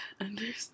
understand